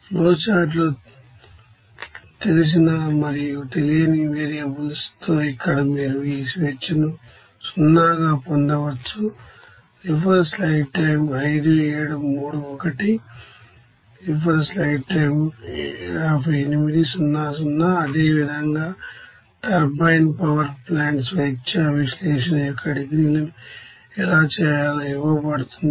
ఫ్లోచార్ట్లో తెలిసిన మరియు తెలియని వేరియబుల్స్తో ఇక్కడ మీరు ఈ స్వేచ్ఛను 0 గా పొందవచ్చు అదేవిధంగా turbine power plant degrees of freedom analysis ను ఎలా చేయాలో ఇవ్వబడుతుంది